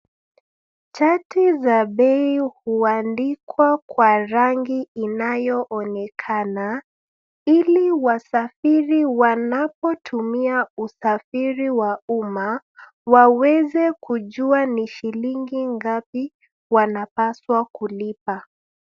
Chati za bei huandikwa kwa rangi inayoonekana ili wasafiri wanapotumia usafiri wa umma, waweze kujua ni shilingi ngapi wanapaswa kulipa.